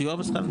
סיוע בשכר דירה.